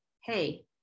hey